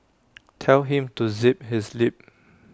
tell him to zip his lip